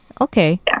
Okay